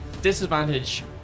Disadvantage